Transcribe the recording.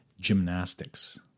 gymnastics